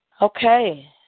Okay